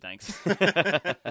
thanks